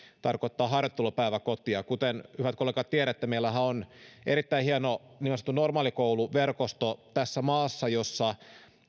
tarkoittaa harjoittelupäiväkotia kuten hyvät kollegat tiedätte meillähän on tässä maassa erittäin hieno niin sanottu normaalikouluverkosto jossa